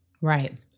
right